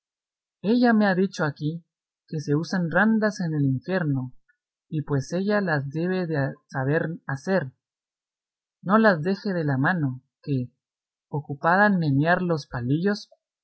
ella me ha dicho aquí que se usan randas en el infierno y pues ella las debe de saber hacer no las deje de la mano que ocupada en menear los palillos